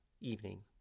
evening